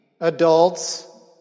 adults